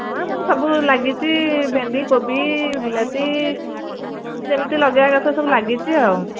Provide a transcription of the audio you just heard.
ହଁ ଆମର ସବୁ ଲାଗିଛି ଭେଣ୍ଡି କୋବି ବିଲାତି ଆଉ ଯେମିତି ଲଗେଇବା କଥା ସବୁ ଲାଗିଛି ଆଉ